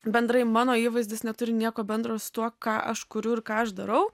bendrai mano įvaizdis neturi nieko bendro su tuo ką aš kuriu ir ką aš darau